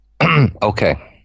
Okay